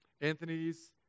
Anthony's